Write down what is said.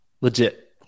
legit